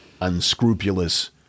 unscrupulous